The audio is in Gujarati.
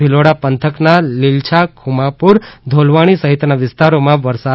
ભિલોડા પંથકના લીલછા ખુમાપુર ધોલવાણી સહિતના વિસ્તારોમાં વરસાદ વરસ્યો હતો